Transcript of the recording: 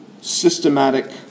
systematic